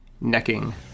Necking